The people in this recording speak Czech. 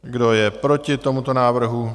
Kdo je proti tomuto návrhu?